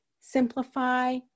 simplify